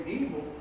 evil